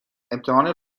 امتحان